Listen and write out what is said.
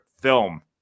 film